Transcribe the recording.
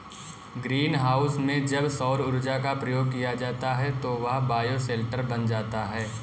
green house में जब सौर ऊर्जा का प्रयोग किया जाता है तो वह बायोशेल्टर बन जाता है